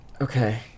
Okay